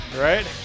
Right